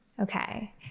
okay